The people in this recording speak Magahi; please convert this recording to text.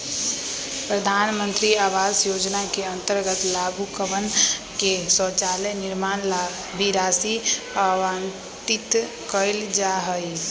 प्रधान मंत्री आवास योजना के अंतर्गत लाभुकवन के शौचालय निर्माण ला भी राशि आवंटित कइल जाहई